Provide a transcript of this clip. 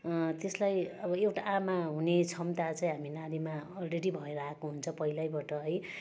त्यसलाई अब एउटा आमा हुने क्षमता चाहिँ हामी नारीमा अलरेडी भएर आएको हुन्छ पहिल्यैबाट है